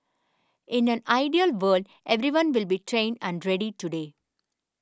in an ideal world everyone will be trained and ready today